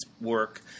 work